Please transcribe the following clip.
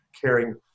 caring